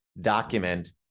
document